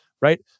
Right